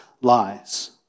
lies